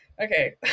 Okay